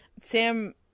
Sam